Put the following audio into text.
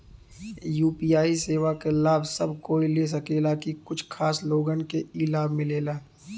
UPI सेवा क लाभ सब कोई ले सकेला की कुछ खास लोगन के ई लाभ मिलेला?